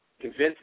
Convinced